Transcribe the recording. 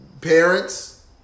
parents